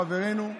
חברנו.